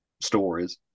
stories